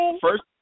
first